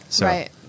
Right